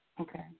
Okay